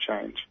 change